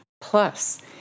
plus